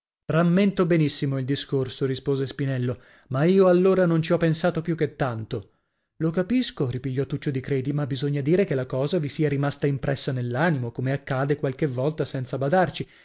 rammento benissimo il discorso rispose spinello ma io allora non ci ho pensato più che tanto lo capisco ripigliò tuccio di credi ma bisogna dire che la cosa vi sia rimasta impressa nell'animo come accada qualche volta senza badarci